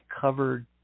covered